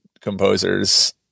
composers